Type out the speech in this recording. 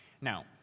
Now